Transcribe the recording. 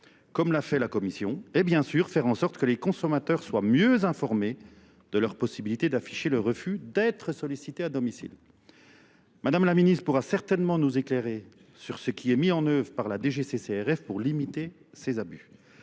comme l'a fait la Commission, et bien sûr faire en sorte que les consommateurs soient mieux informés de leur possibilité d'afficher le refus d'être sollicité à domicile. Madame la Ministre pourra certainement nous éclairer sur ce qui est mis en œuvre par la DGCCRF pour limiter ces abus.